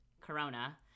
corona